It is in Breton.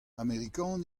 amerikan